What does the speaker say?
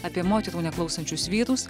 apie moterų neklausančius vyrus